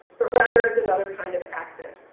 but rather as another kind of accent.